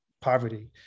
poverty